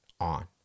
on